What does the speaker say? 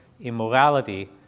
immorality